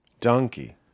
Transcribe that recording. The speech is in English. Donkey